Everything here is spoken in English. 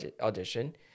Audition